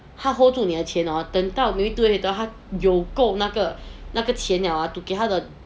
他 hold 住你的钱 hor 等到有对他有够那个那个钱了 ah to 给他的